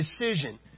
decision